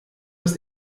das